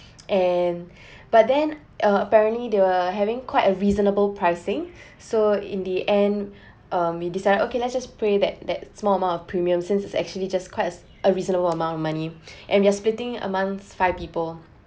and but then uh apparently they were having quite a reasonable pricing so in the end um we decided okay let's just pay that that small amount of premium since it's actually just quite uh a reasonable amount of money and we are splitting among five people